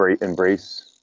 embrace